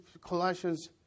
Colossians